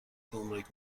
گمرگ